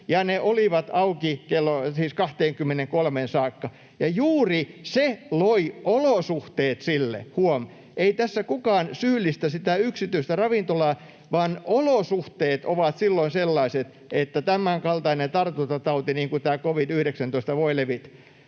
ne olivat auki kello 23:een saakka. Ja juuri se loi olosuhteet sille — huom., ei tässä kukaan syyllistä sitä yksittäistä ravintolaa, vaan olosuhteet ovat silloin sellaiset — että tämänkaltainen tartuntatauti kuin tämä covid-19 voi levitä.